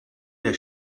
der